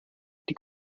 die